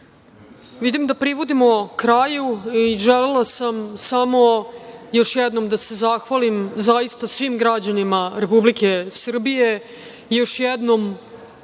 vam. Vidim da privodimo kraju i želela sam samo još jednom da se zahvalim zaista svim građanima Republike Srbije i još jednom